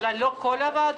אולי לא את כל הוועדות,